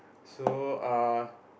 so uh